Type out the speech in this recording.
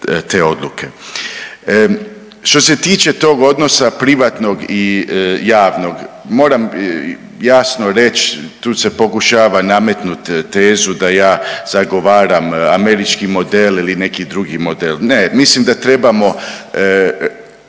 te odluke. Što se tiče tog odnosa privatnog i javnog moram jasno reć, tu se pokušava nametnut tezu da ja zagovaram američki model ili neki drugi model, ne, mislim da trebamo